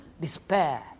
despair